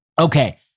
Okay